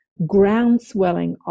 groundswelling